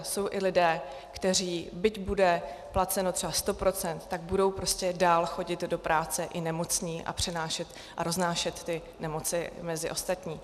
Jsou i lidé, kteří, byť bude placeno třeba 100 %, tak budou prostě dál chodit do práce i nemocní a roznášet ty nemoci mezi ostatní.